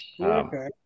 Okay